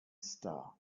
star